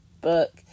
Book